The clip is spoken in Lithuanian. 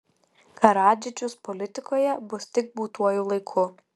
karadžičius politikoje bus tik būtuoju laiku